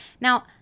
now